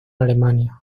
alemania